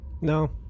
No